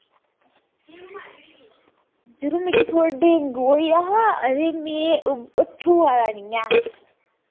यरो मिकी थोह्ड़ा डेंगू होई दा हा अरे मैं उठोआ दा नेईं ऐ